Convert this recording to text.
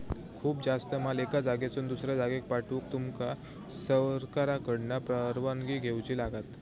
खूप जास्त माल एका जागेसून दुसऱ्या जागेक पाठवूक तुमका सरकारकडना परवानगी घेऊची लागात